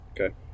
Okay